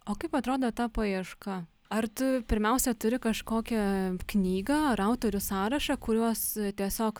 o kaip atrodo ta paieška ar tu pirmiausia turi kažkokią knygą ar autorių sąrašą kuriuos tiesiog